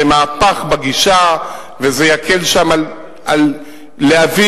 זה מהפך בגישה וזה יקל שם על להבים,